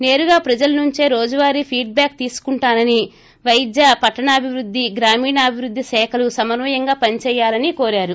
నేరుగా ప్రజల నుంచే రోజువారీ ఫీడ్ బ్యాక్ తీసుకుంటానని పైద్య పట్టణాభివృద్ది గ్రామీణాభివృద్ది శాఖలు సమన్వయంగా పనిచేయాలని కోరారు